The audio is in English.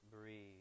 breathe